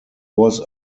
was